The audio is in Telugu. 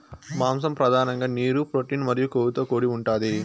మాంసం పధానంగా నీరు, ప్రోటీన్ మరియు కొవ్వుతో కూడి ఉంటాది